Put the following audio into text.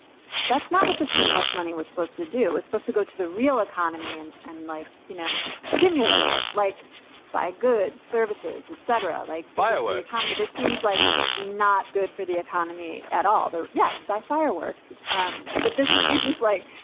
that's not what the stimulus money was supposed to do, is supposed to go to the real economy. and and like, you know, stimulate it like buy goods, services, etc. like firework hami. this seems like not good for the economy at all. yes. buy fireworks. um but this is, like,